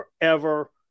forever